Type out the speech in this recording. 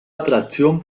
atracción